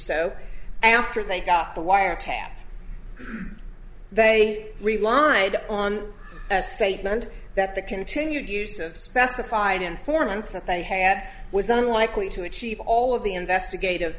so after they got the wiretap they relied on a statement that the continued use of specified informants that they had was unlikely to achieve all of the investigative